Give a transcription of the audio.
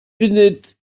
funud